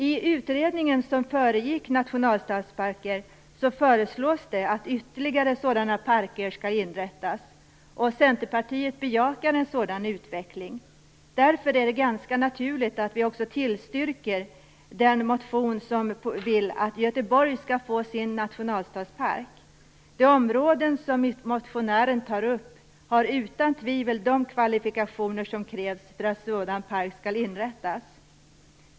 I utredningen som föregick nationalstadsparken föreslås att ytterligare sådana parker skall inrättas. Centerpartiet bejakar en sådan utveckling. Därför är det ganska naturligt att vi också tillstyrker den motion som säger att Göteborg skall få sin nationalstadspark. Det område som motionären tar upp har utan tvivel de kvalifikationer som krävs för att en sådan park skall inrättas.